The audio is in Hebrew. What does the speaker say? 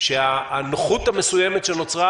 שהנוחות המסוימות שנוצרה,